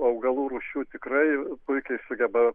augalų rūšių tikrai puikiai sugeba